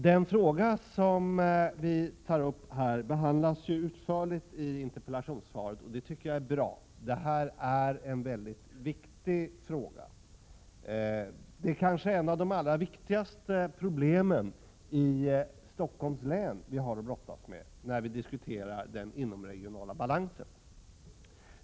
Den fråga vi tar upp behandlas utförligt i interpellationssvaret. Det tycker jag är bra. Detta är en mycket viktig fråga. Den inomregionala balansen kanske är ett av de allra viktigaste problemen vi har att brottas med i Stockholms län.